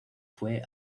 fue